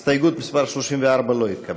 הסתייגות מס' 34 לא התקבלה.